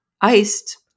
iced